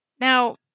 Now